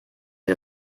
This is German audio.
sie